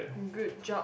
good job